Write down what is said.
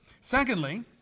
Secondly